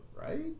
right